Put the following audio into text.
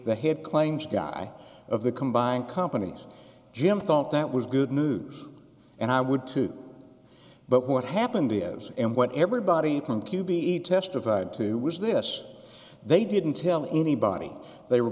the head claims guy of the combined companies jim thought that was good news and i would too but what happened is and what everybody on q b e testified to was this they didn't tell anybody they were